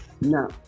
No